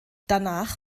danach